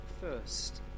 first